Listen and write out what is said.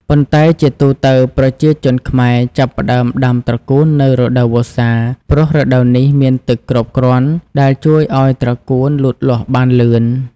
ប៉ុន្តែជាទូទៅ ប្រជាជនខ្មែរចាប់ផ្ដើមដាំត្រកួននៅ រដូវវស្សា ព្រោះរដូវនេះមានទឹកគ្រប់គ្រាន់ដែលជួយឲ្យត្រកួនលូតលាស់បានលឿន។